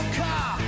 car